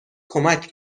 کمک